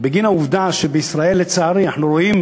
בגין העובדה שבישראל, לצערי, אנחנו רואים